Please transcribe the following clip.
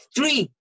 Three